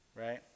Right